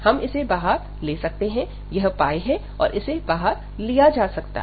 हम इसे बाहर ले सकते हैं यह है और इसे बाहर लिया जा सकता है